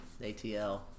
ATL